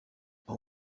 uwo